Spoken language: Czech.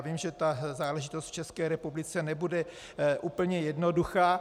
Vím, že ta záležitost v České republice nebude úplně jednoduchá.